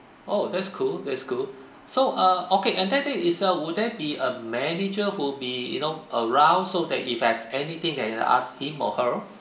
oh that's cool that's cool so uh okay and that thing is uh will there be a manager who be you know around so that if I've anything then I ask him or her